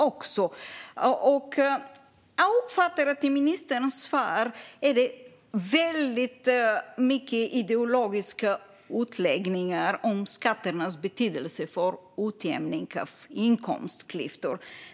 Jag uppfattar att det i ministerns svar är väldigt mycket ideologiska utläggningar om skatternas betydelse för utjämning av inkomstklyftor.